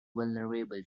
vulnerable